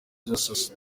byose